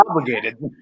obligated